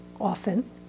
often